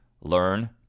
Learn